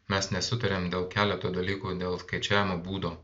mes nesutariam dėl keleto dalykų dėl skaičiavimo būdo